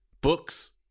Books